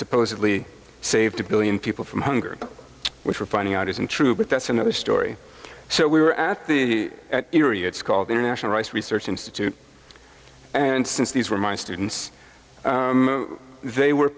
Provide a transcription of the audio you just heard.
supposedly saved a billion people from hunger which we're finding out isn't true but that's another story so we were at the it's called international rice research institute and since these were my students they were